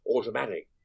automatic